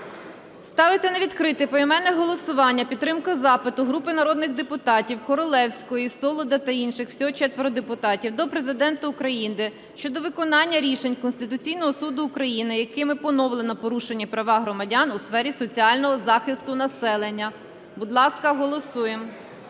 Ставиться на відкрите поіменне голосування підтримка запиту групи народних депутатів (Королевської, Солода та інших. Всього 4 депутатів) до Президента України щодо виконання рішень Конституційного Суду України, якими поновлено порушені права громадян у сфері соціального захисту населення. Будь ласка, голосуємо.